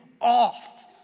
off